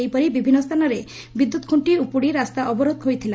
ସେହିପରି ବିଭିନ୍ନ ସ୍ଚାନରେ ବିଦ୍ୟୁତ୍ ଖୁକ୍କି ଉପୁଡ଼ି ରାସ୍ତା ଅବରୋଧ ହୋଇଥିଲା